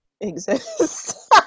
exists